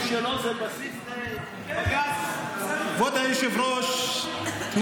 תודה רבה.